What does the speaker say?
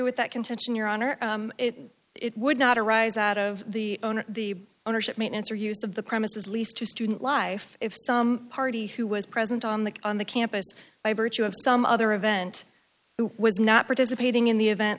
with that contention your honor it would not arise out of the owner the ownership maintenance or use of the premises lease to student life if some party who was present on the on the campus by virtue of some other event was not participating in the event